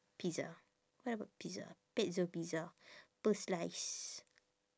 pizza what about pizza pezzo pizza per slice